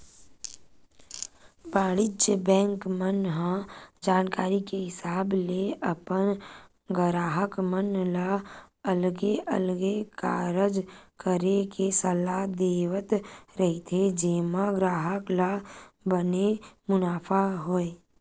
वाणिज्य बेंक मन ह जानकारी के हिसाब ले अपन गराहक मन ल अलगे अलगे कारज करे के सलाह देवत रहिथे जेमा ग्राहक ल बने मुनाफा होय